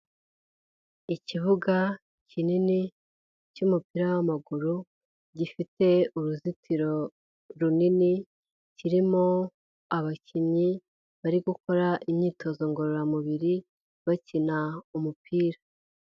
Ikibuga kinini cy'umupira w'amaguru, gifite uruzitiro runini, kirimo abakinnyi bari gukora imyitozo ngororamubiri, bakina umupira.